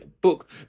book